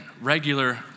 regular